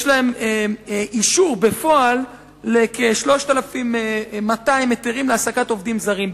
יש להם אישור בפועל לכ-3,200 היתרים להעסקת עובדים זרים.